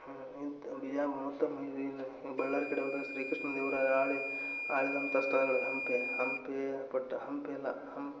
ವಿಜಯಪುರ ಮತ್ತು ಮೈ ಇದು ಬಳ್ಳಾರಿ ಕಡೆ ಹೋದ್ರೆ ಶ್ರೀ ಕೃಷ್ಣದೇವರಾಯ ಆಳಿ ಆಳಿದಂಥ ಸ್ಥಳಗಳ್ ಹಂಪಿ ಹಂಪಿ ಪಟ್ಟ ಹಂಪಿ ಅಲ್ಲ ಹಮ್